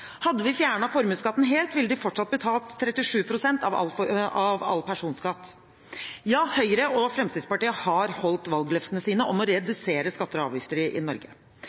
Hadde vi fjernet formuesskatten helt, ville de fortsatt betalt 37 pst. av all personskatt. Ja, Høyre og Fremskrittspartiet har holdt valgløftene sine om å redusere skatter og avgifter i Norge.